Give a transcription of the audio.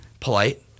polite